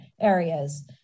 areas